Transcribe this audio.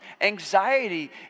Anxiety